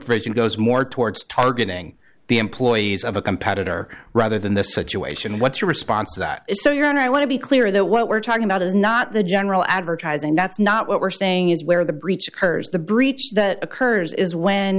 vision goes more towards targeting the employees of a competitor rather than this situation what's your response to that is so you're on i want to be clear that what we're talking about is not the general advertising that's not what we're saying is where the breach occurs the breach that occurs is when